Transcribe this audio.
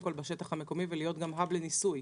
כול בשטח המקומי ולהיות גם "האב" לניסוי.